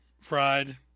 Fried